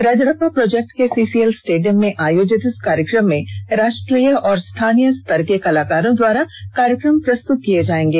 Rajrappa project के CCL stadium में आयोजित इस कार्यक्रम में राष्ट्रीय और स्थानीय स्तर के कलाकारों द्वारा कार्यक्रम प्रस्तुत किए जाएंगे